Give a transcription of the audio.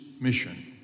mission